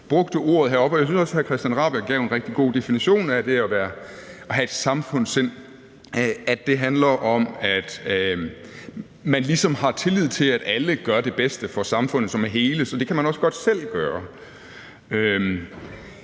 brugte ordet heroppe. Og jeg synes også, at hr. Christian Rabjerg Madsen gav en rigtig god definition af det at have et samfundssind, nemlig at det handler om, at man ligesom har tillid til, at alle gør det bedste for samfundet som et hele, sådan at det kan man også godt selv gøre.